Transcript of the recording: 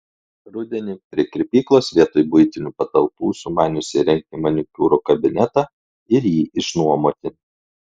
rudenį prie kirpyklos vietoj buitinių patalpų sumaniusi įrengti manikiūro kabinetą ir jį išnuomoti